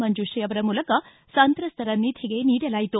ಮಂಜುಶ್ರೀ ಅವರ ಮೂಲಕ ಸಂತ್ರಸ್ತರ ನಿಧಿಗೆ ನೀಡಲಾಯಿತು